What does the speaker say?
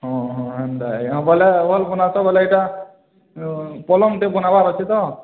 ହଁ ହଁ ହେନ୍ତା ହେ ହଁ ବୋଇଲେ ଭଲ୍ ବନାତ ବୋଇଲେ ଏଇଟା ପଲଙ୍କ୍ଟେ ବନବାର୍ ଅଛି ତ